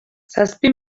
zazpi